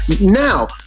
Now